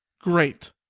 great